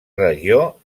regió